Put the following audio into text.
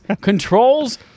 Control's